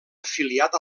afiliat